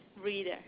reader